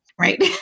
right